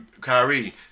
Kyrie